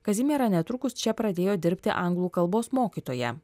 kazimiera netrukus čia pradėjo dirbti anglų kalbos mokytoja